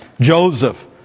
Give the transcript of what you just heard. Joseph